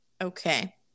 Okay